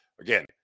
again